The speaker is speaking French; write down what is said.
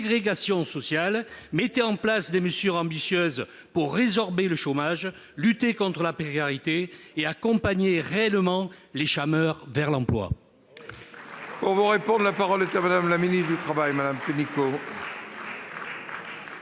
ségrégation sociales ! Mettez en place des mesures ambitieuses pour résorber le chômage, lutter contre la précarité et accompagner réellement les chômeurs vers l'emploi